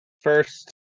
First